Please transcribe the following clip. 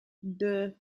deux